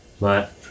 But-